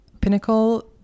pinnacle